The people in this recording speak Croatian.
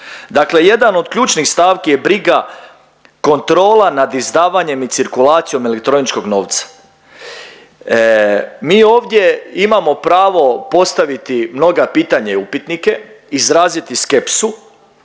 Dakle, jedan od ključnih stavki je briga kontrola nad izdavanje i cirkulacijom elektroničkog novca. Mi ovdje imamo pravo postaviti mnoga pitanja i upitnike, izraziti skepsu,